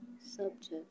subject